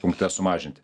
punkte sumažinti